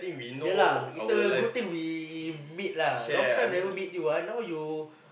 yea lah is a good thing we meet lah long time never meet you ah now you